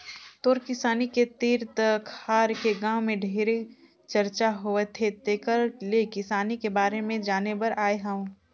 तोर किसानी के तीर तखार के गांव में ढेरे चरचा होवथे तेकर ले किसानी के बारे में जाने बर आये हंव